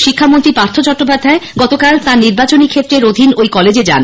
শিক্ষামন্ত্রী পার্থ চট্টোপাধ্যায় গতকাল তাঁর নির্বাচনী ক্ষেত্রের অধীন ঐ কলেজে যান